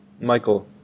Michael